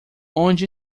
onde